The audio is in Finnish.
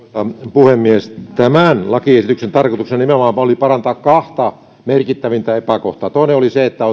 puhemies tämän lakiesityksen tarkoituksena nimenomaan oli parantaa kahta merkittävintä epäkohtaa toinen oli se että